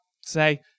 say